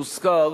יוזכר